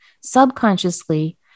Subconsciously